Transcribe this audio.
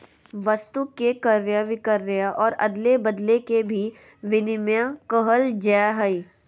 वस्तु के क्रय विक्रय और अदले बदले के भी विनिमय कहल जाय हइ